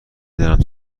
دانم